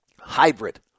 Hybrid